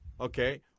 okay